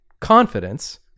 confidence